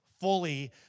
fully